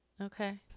okay